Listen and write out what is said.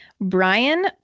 Brian